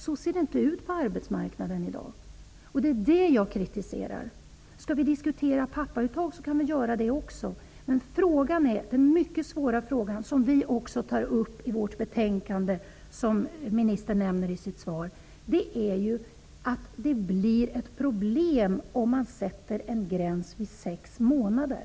Så ser det inte ut på arbetsmarknaden i dag. Det är detta jag kritiserar. Skall vi diskutera pappauttag, kan vi göra det också, men det mycket svåra problem som ministern nämner i sitt svar -- och som också vi tar upp i vårt betänkande -- är det problem som uppstår om man sätter en gräns vid sex månader.